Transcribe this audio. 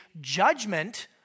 judgment